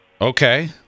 Okay